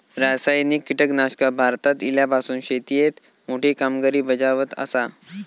रासायनिक कीटकनाशका भारतात इल्यापासून शेतीएत मोठी कामगिरी बजावत आसा